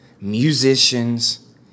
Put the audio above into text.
Musicians